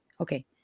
Okay